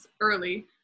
early